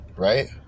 right